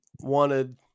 wanted